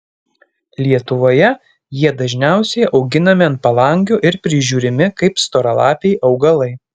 lietuvoje jie dažniausiai auginami ant palangių ir prižiūrimi kaip storalapiai augalai